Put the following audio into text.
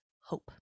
hope